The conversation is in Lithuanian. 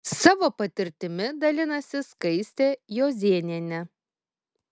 savo patirtimi dalinasi skaistė juozėnienė